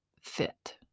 fit